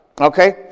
okay